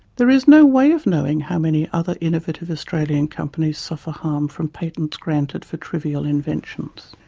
there is no way of knowing how many other innovative australian companies suffer harm from patents granted for trivial inventions.